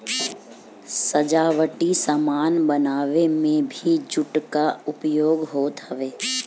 सजावटी सामान बनावे में भी जूट कअ उपयोग होत हवे